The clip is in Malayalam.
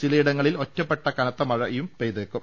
ചിലയിടങ്ങളിൽ ഒറ്റപ്പെട്ട കന്ത്ത മഴയും പെയ്തേക്കും